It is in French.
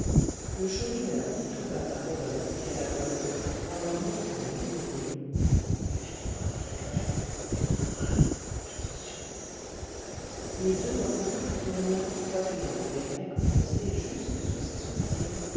le chourineur dit tout bas à rodolphe et à la goualeuse en leur montrant le nouveau venu il va y avoir de la grêle c'est un raille attention les deux bandits dont l'un coiffé d'un bonnet grec enfoncé jusque sur ses sourcils